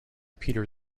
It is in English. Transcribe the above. peter